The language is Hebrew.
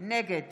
נגד